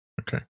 Okay